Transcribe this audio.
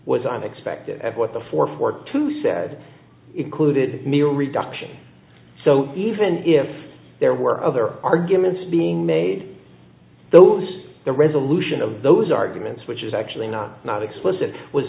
was unexpected what the four four two said included meal reduction so even if there were other arguments being made those the resolution of those arguments which is actually not not explicit was